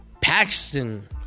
Paxton